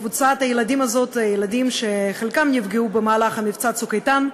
קבוצת הילדים הזאת הייתה של ילדים שחלקם נפגעו במבצע "צוק איתן",